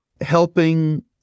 helping